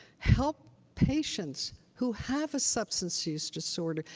help patients who have a substance use disorder.